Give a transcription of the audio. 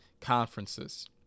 Conferences